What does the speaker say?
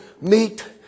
meet